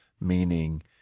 meaning